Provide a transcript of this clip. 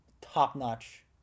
top-notch